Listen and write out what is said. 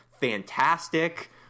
fantastic